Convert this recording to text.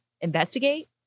investigate